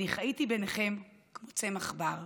אני חייתי ביניכם כמו צמח בר.